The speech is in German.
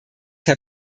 herr